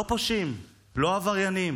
לא פושעים, לא עבריינים,